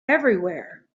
everywhere